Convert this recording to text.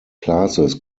classes